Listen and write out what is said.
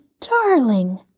darling